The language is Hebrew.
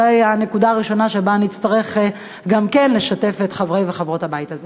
זו תהיה הנקודה הראשונה שבה אני אצטרך לשתף גם את חברי וחברות הבית הזה.